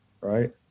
right